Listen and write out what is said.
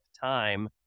time